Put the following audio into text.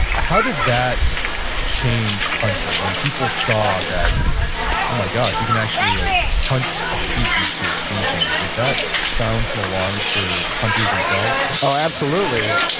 how did that change hunting, when people saw that oh my gosh, we can actually like hunt a species to extinction? did that sound some alarms for hunters themselves? oh absolutely.